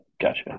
Gotcha